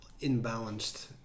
imbalanced